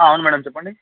అవును మేడం చెప్పండి